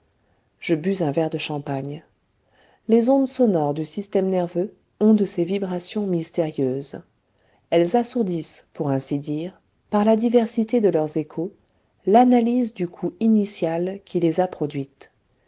je bus un verre de champagne les ondes sonores du système nerveux ont de ces vibrations mystérieuses elles assourdissent pour ainsi dire par la diversité de leurs échos l'analyse du coup initial qui les a produites